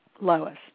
Lois